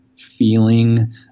feeling